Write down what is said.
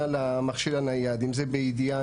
אני גבירתי לא מכיר את התוכנה.